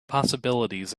possibilities